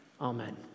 Amen